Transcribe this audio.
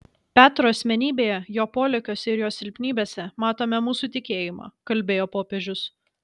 petro asmenybėje jo polėkiuose ir jo silpnybėse matome mūsų tikėjimą kalbėjo popiežius